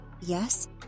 yes